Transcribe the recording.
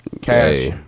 cash